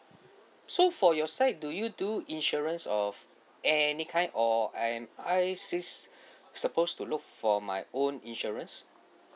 so for your side do you do insurance of any kind or I'm supposed to look for my own insurance